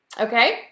Okay